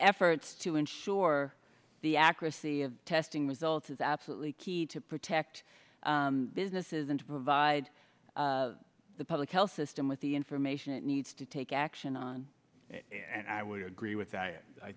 efforts to ensure the accuracy of testing results is absolutely key to protect businesses and to provide the public health system with the information it needs to take action on it and i would agree with that